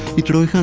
utterly